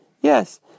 yes